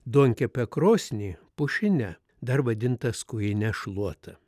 duonkepę krosnį pušine dar vadintą skujine šluota